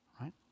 Right